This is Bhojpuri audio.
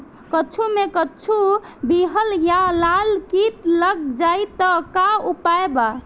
कद्दू मे कद्दू विहल या लाल कीट लग जाइ त का उपाय बा?